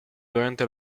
durante